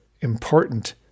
important